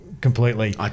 completely